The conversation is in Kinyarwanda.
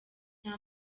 nta